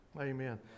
Amen